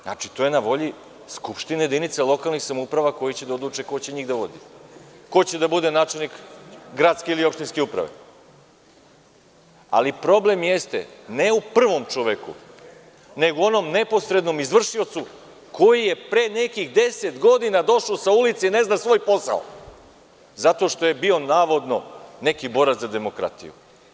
Znači, to je na volji skupštine jedinica lokalnih samouprava koje će da odluče ko će njih da vodi, ko će da bude načelnik gradske ili opštinske uprave, ali problem jeste ne u prvom čoveku nego u onom neposrednom izvršiocu koji je pre nekih 10 godina došao sa ulice i ne zna svoj posao zato što je bio navodno neki borac za demokratiju.